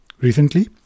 recently